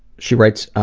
she writes